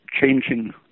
changing